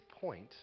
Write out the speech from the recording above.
point